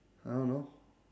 I don't know